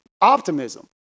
optimism